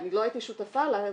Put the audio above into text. אני לא הייתי שותפה לה,